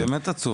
זה באמת עצוב.